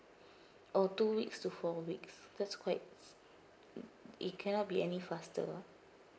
oh two weeks to four weeks that's quite mm it cannot be any faster ah